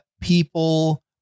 people